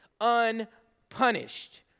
unpunished